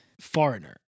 Foreigner